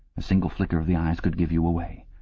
a single flicker of the eyes could give you away.